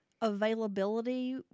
availability